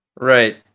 Right